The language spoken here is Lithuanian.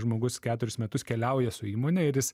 žmogus keturis metus keliauja su įmone ir jis